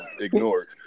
ignored